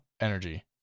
energy